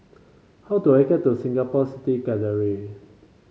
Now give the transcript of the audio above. how do I get to Singapore City Gallery